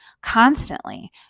constantly